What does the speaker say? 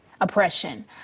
Oppression